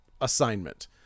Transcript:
assignment